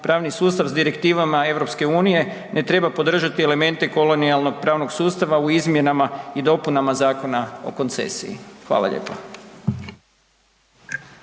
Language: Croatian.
pravni sustav sa direktivama EU-a ne treba podržati elemente kolonijalnog pravnog sustava u izmjenama i dopuna Zakona o koncesiji. Hvala lijepo.